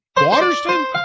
waterston